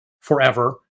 forever